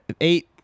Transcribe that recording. eight